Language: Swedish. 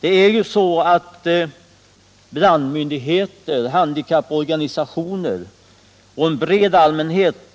Det är ju så att brandmyndigheter, handikapporganisationer och en bred allmänhet med skärpa